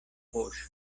poŝo